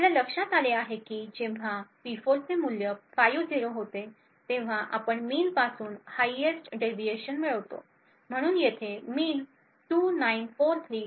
आपल्या लक्षात आले आहे की जेव्हा P4 चे मूल्य 50 होते तेव्हा आपण mean पासून highest deviation मिळवतो म्हणून येथे mean 2943